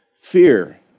Fear